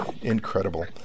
incredible